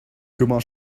comment